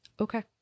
Okay